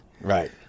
Right